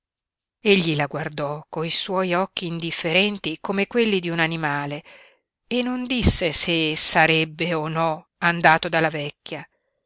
egli la guardò coi suoi occhi indifferenti come quelli di un animale e non disse se sarebbe o no andato dalla vecchia